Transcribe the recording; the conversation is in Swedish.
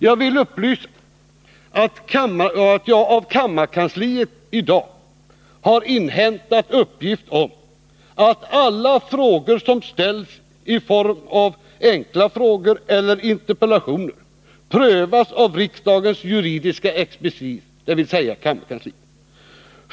Jag vill upplysa om att jag i dag av kammarkansliet har inhämtat uppgift om att alla frågor som ställs i form av enkla frågor eller interpellationer prövas av riksdagens juridiska expertis, dvs. kammarkansliet.